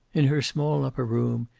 in her small upper room,